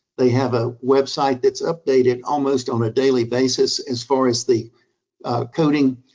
they have a website that's updated almost on a daily basis as far as the coding.